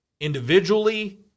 individually